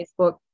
Facebook